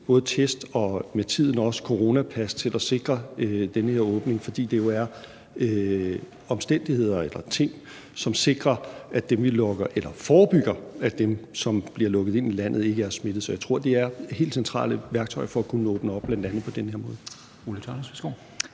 både test og med tiden også coronapas til at sikre den her åbning, fordi det jo er omstændigheder eller ting, som forebygger, at dem, som bliver lukket ind i landet, er smittet. Så jeg tror, det er det helt centrale værktøj for at kunne åbne op, bl.a. på den her måde.